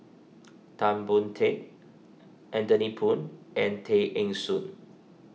Tan Boon Teik Anthony Poon and Tay Eng Soon